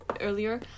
earlier